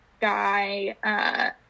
guy